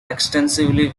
extensively